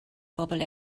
bobl